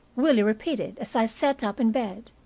willie repeated, as i sat up in bed.